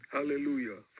Hallelujah